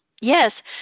Yes